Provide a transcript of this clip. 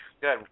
Good